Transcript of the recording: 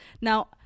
Now